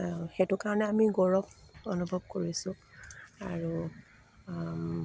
সেইটো কাৰণে আমি গৌৰৱ অনুভৱ কৰিছোঁ আৰু